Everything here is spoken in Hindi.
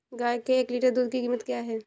गाय के एक लीटर दूध की कीमत क्या है?